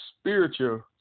spiritual